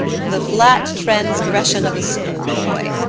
the flat transgression of a school-boy,